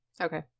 Okay